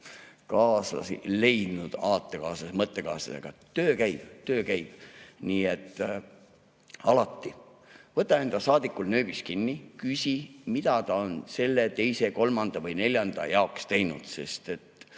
kaaslasi leidnud, aatekaaslasi, mõttekaaslasi, aga töö käib, töö käib. Nii et võta alati enda saadikul nööbist kinni, küsi, mida ta on selle, teise, kolmanda või neljanda jaoks teinud, sest